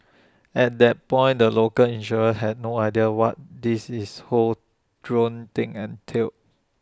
at that point the local insurers had no idea what this is whole drone thing entailed